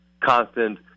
constant